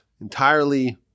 entirely